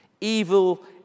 Evil